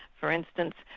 for instance,